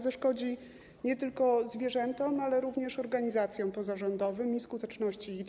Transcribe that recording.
Zaszkodzi on nie tylko zwierzętom, ale również organizacjom pozarządowym i skuteczności ich działania.